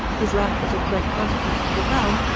his life was of great consequence to the realm,